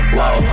Whoa